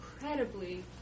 incredibly